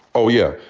oh, yeah.